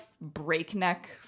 breakneck